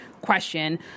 question